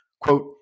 Quote